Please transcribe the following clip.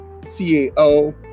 CAO